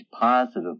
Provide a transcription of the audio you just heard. positive